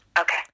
Okay